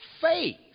faith